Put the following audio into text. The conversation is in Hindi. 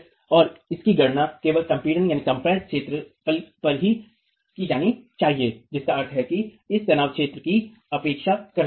और इसकी गणना केवल संपीड़ित क्षेत्र पर की जानी चाहिए जिसका अर्थ है कि हम तनाव क्षेत्र की उपेक्षा कर रहे हैं